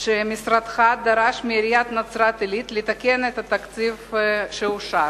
שמשרדך דרש מעיריית נצרת-עילית לתקן את התקציב שאושר.